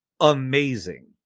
amazing